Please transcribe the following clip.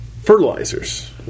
Fertilizers